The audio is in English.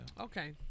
Okay